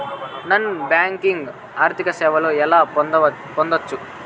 Non banking ఆర్థిక సేవలు ఎలా పొందొచ్చు?